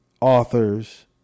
authors